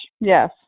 yes